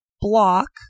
block